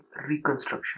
reconstruction